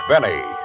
Benny